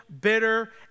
bitter